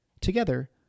Together